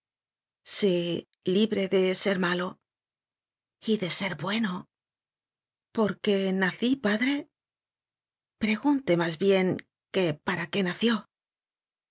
sí libre de ser malo y de ser bueno por qué nací padre pregunte más bien que para qué nació